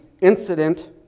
incident